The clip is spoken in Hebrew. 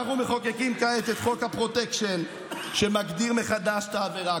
אנחנו מחוקקים כעת את חוק הפרוטקשן שמגדיר מחדש את העבירה,